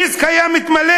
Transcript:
הדיסק היה מתמלא.